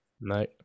No